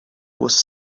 was